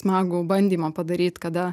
smagų bandymą padaryt kada